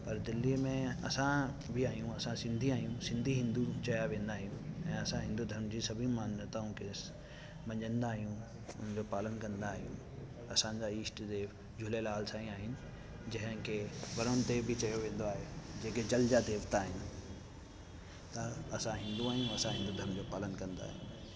परि दिल्लीअ में असां बि आहियूं असां सिंधी आहियूं सिंधी हिंदू चया वेंदा आहियूं ऐं असां हिंदू धर्म जी सभीनि मान्यताउनि खे मञंदा आहियूं उन जो पालन कंदा आहियूं असां जा ईष्ट देव झूलेलाल साईं आहिनि जंहिं खे वरुण देव बि चयो वेंदो आहे जेके जल जा देविता आहिनि त असां हिंदू आहियूं हिंदू धर्म जो पालन कंदा आहियूं